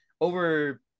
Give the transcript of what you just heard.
over